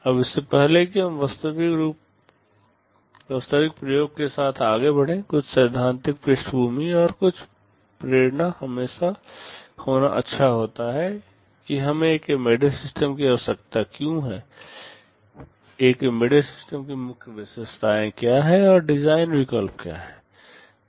अब इससे पहले कि हम वास्तविक प्रयोग के साथ आगे बढ़ें कुछ सैद्धांतिक पृष्ठभूमि और कुछ प्रेरणा होना हमेशा अच्छा होता है कि हमें एक एम्बेडेड सिस्टम की आवश्यकता क्यों है एक एम्बेडेड सिस्टम की मुख्य विशेषताएं क्या हैं और डिजाइन विकल्प क्या हैं